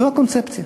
זו הקונספציה.